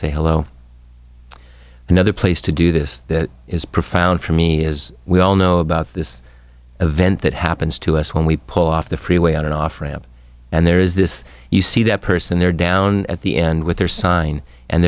say hello another place to do this is profound for me as we all know about this event that happens to us when we pull off the freeway on an off ramp and there is this you see that person there down at the end with their sign and